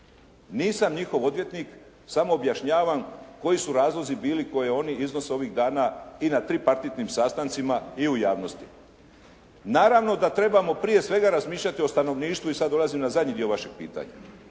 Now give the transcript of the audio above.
Nisam njihov odvjetnik samo objašnjavam koji su razlozi bili koje oni iznose ovih dana i na tripartitnim sastancima i u javnosti. Naravno da trebamo prije svega razmišljati o stanovništvu. I sad dolazim na zadnji dio vašeg pitanja.